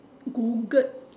googled